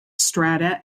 strata